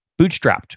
bootstrapped